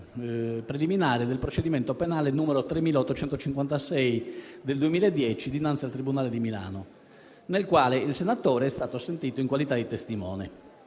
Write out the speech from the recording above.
preliminari del procedimento penale n. 3856 del 2010 dinanzi al tribunale di Milano, nel quale il senatore è stato sentito in qualità di testimone.